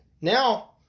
Now